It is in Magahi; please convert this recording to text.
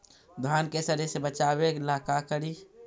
धान के सड़े से बचाबे ला का करि?